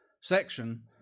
section